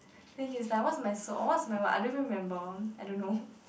then he's like what's my what's my I don't even remember I don't know